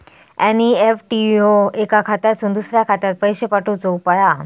NEFT ह्यो एका खात्यातुन दुसऱ्या खात्यात पैशे पाठवुचो उपाय हा